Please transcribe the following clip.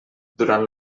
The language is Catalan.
durant